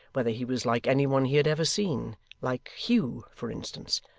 whether he was like any one he had ever seen like hugh, for instance,